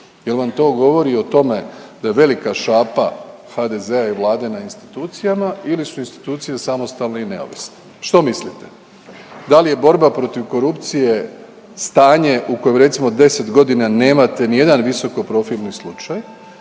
Jel vam to govori o tome da je velika šapa HDZ-a i Vlade na institucijama ili su institucije samostalne i neovisne. Što mislite da li je borba protiv korupcije stanje u kojem recimo 10 godina nemate ni jedan visoko profilni slučaj